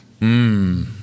Mmm